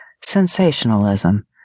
sensationalism